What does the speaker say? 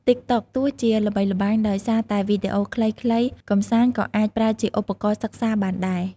តិកតុក ទោះជាល្បីល្បាញដោយសារវីដេអូខ្លីៗកម្សាន្ត ក៏អាចប្រើជាឧបករណ៍សិក្សាបានដែរ។